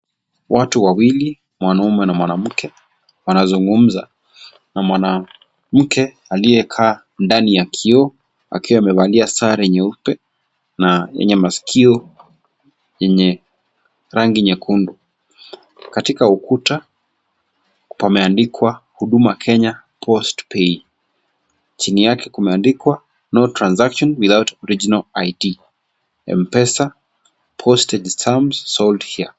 Watu wawili; mwanaume na mwanamke wanazungumza na mwanamke aliyekaa ndani ya kioo akiwa amevalia sare nyeupe na yenye masikio yenye rangi nyekundu. Katika ukuta pameandikwa Huduma Kenya post pay, chini yake kumeandikwa no transaction without original ID, M-pesa posted stamp sold here .